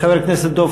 חבר הכנסת דב